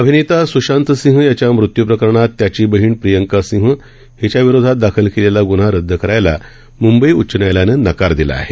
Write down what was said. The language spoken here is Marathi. अभिनेता सुशांतसिंह याच्या मत्यू प्रकरणात त्याची बहिण प्रियंका सिंह हिच्या विरोधात दाखल केलेला गुन्हा रदद करायला मुंबई उच्च न्यायालयानं नकार दिला आहे